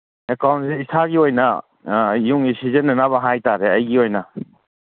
ꯑꯦꯀꯥꯎꯟꯁꯦ ꯏꯁꯥꯒꯤ ꯑꯣꯏꯅ ꯌꯨꯝꯒꯤ ꯁꯤꯖꯤꯟꯅꯅꯕ ꯍꯥꯏ ꯇꯥꯔꯦ ꯑꯩꯒꯤ ꯑꯣꯏꯅ